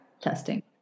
Testing